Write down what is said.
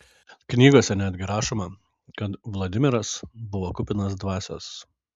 knygose netgi rašoma kad vladimiras buvo kupinas dvasios